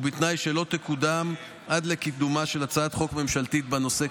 ובתנאי שלא תקודם עד לקידומה של הצעת חוק ממשלתית בנושא,